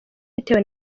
bitewe